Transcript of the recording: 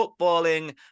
footballing